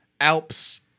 Alps